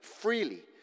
freely